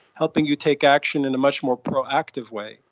helping you take action in a much more proactive way.